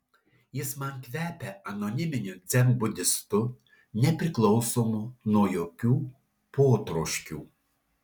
jis man kvepia anoniminiu dzenbudistu nepriklausomu nuo jokių potroškių